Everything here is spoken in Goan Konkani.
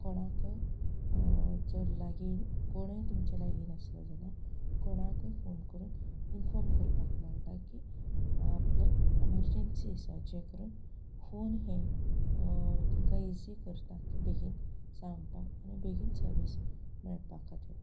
कोणाकय जर लागीं कोणय तुमचें लागीं नासलो जाल्यार कोणाकय फोन करून इनफॉर्म करपाक मेळटा की आपल्याक एमरजंसी आसा जे करून फोन हें तुमकां इजी करता की बेगीन सांगपाक आनी बेगीन सर्वीस मेळपा खातीर